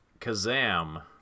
Kazam